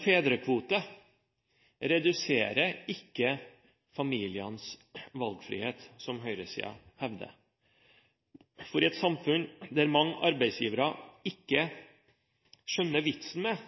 fedrekvote reduserer ikke familiens valgfrihet, som høyresiden hevder. I et samfunn der mange arbeidsgivere ikke skjønner vitsen med